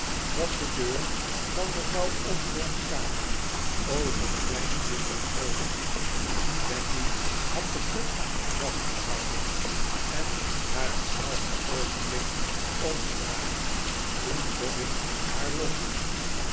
was de deur van mevrouw osborne's kamer o zoo'n klein kiertje geopend becky had de kruk vastgehouden en haar hetzelfde oogenblik omgedraaid toen dobbin haar losliet